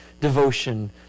devotion